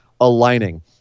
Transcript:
aligning